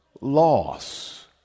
loss